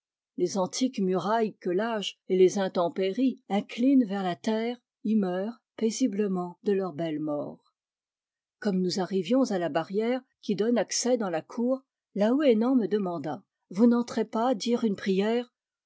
les antiques murailles que l'âge et les intempéries inclinent vers la terre y meurent paisiblement de leur belle mort comme nous arrivions à la barrière qui donne accès dans la cour laouénan me demanda vous n'entrez pas dire une prière